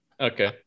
Okay